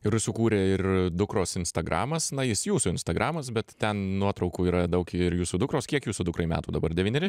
ir užsukūrė ir dukros instagramas na jis jūsų instagramas bet ten nuotraukų yra daug ir jūsų dukros kiek jūsų dukrai metų dabar devyneri